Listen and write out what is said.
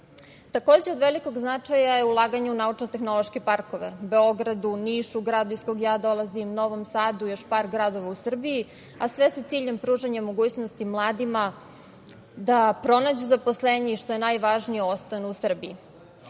šansu. Takođe, od velikog značaja je i ulaganje u naučno-tehnološke parkove u Beogradu, Nišu, gradu iz koga ja dolazim, Novom Sadu i još par gradova u Srbiji, a sve sa ciljem pružanja mogućnosti mladima da pronađu zaposlenje i, što je najvažnije, ostanu u Srbiji. Kao